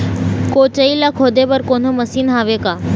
कोचई ला खोदे बर कोन्हो मशीन हावे का?